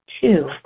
Two